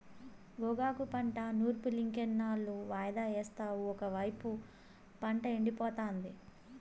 గోగాకు పంట నూర్పులింకెన్నాళ్ళు వాయిదా యేస్తావు ఒకైపు పంట ఎండిపోతాంది